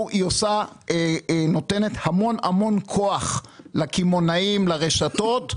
היא נותנת המון המון כוח לקמעונאים ולרשתות.